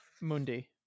Mundi